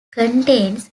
contains